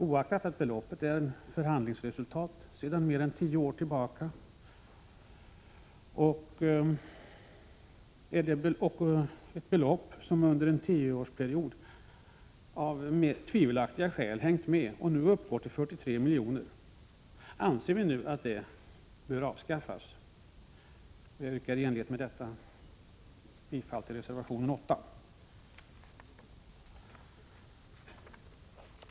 Oaktat att beloppet är ett förhandlingsresultat sedan mer än tio år tillbaka — beloppet har under en tioårsperiod av mer eller mindre tvivelaktiga skäl hängt med och uppgår nu till 43 milj.kr. — anser vi att det bör avskaffas. I enlighet härmed yrkar jag bifall till reservation 8.